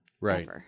Right